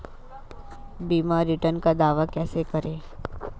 बीमा रिटर्न का दावा कैसे करें?